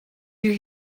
you